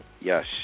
Yes